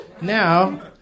Now